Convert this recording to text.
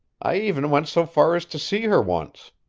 i even went so far as to see her once.